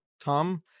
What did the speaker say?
Tom